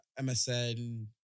MSN